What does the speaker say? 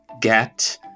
get